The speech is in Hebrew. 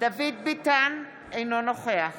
דוד ביטן, אינו נוכח